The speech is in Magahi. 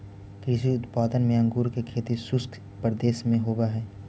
कृषि उत्पाद में अंगूर के खेती शुष्क प्रदेश में होवऽ हइ